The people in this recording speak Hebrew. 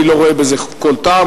אני לא רואה בזה כל טעם.